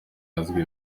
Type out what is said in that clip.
azwi